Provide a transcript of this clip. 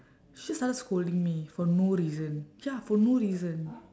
she just started scolding me for no reason ya for no reason